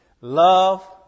love